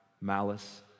malice